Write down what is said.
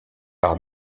par